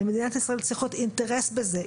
למדינת ישראל צריך להיות אינטרס בזה.